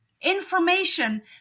information